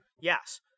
Yes